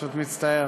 פשוט מצטער.